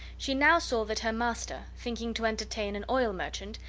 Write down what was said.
she now saw that her master, thinking to entertain an oil merchant,